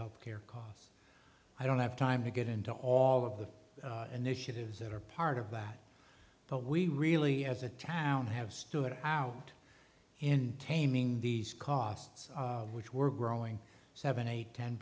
health care costs i don't have time to get into all of the initiatives that are part of that but we really as a town have stood out in taming these costs which were growing seven eight ten